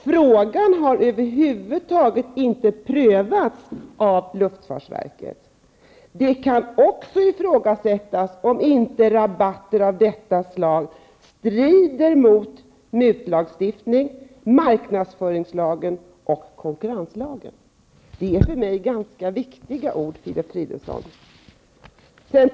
Frågan har över huvud taget inte prövats av verket. Det kan också ifrågasättas om inte rabatter av detta slag strider mot mutlagstiftningen, marknadsföringslagen och konkurrenslagen.'' Det är för mig ganska viktiga ord, Filip Fridolfsson.